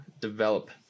develop